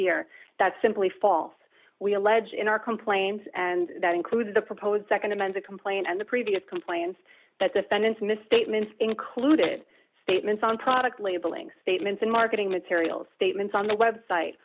here that simply false we allege in our complaints and that includes the proposed nd amended complaint and the previous complaints that defendants misstatements included statements on product labeling statements and marketing materials statements on the website